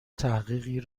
تحقیقی